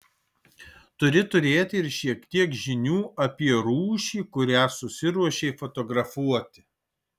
turi turėti ir šiek tiek žinių apie rūšį kurią susiruošei fotografuoti